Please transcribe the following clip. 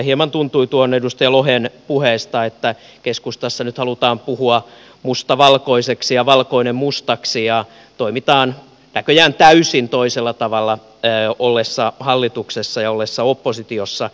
hieman tuntui edustaja lohen puheesta että keskustassa nyt halutaan puhua musta valkoiseksi ja valkoinen mustaksi ja toimitaan näköjään täysin eri tavalla ollessa hallituksessa ja ollessa oppositiossa